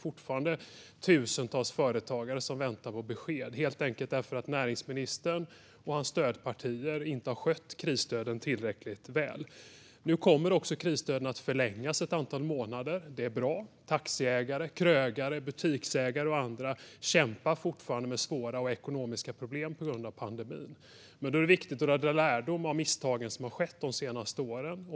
Fortfarande väntar tusentals på besked för att näringsministern och hans stödpartier inte har skött krisstöden tillräckligt väl. Krisstöden kommer nu att förlängas ett antal månader, vilket är bra. Taxiägare, krögare, butiksägare och andra kämpar fortfarande med svåra ekonomiska problem på grund av pandemin. Det är då viktigt att dra lärdom av de misstag som har skett de senaste åren.